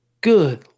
good